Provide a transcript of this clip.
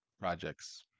projects